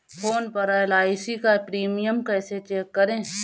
Phone पर LIC का premium कैसे चेक करें?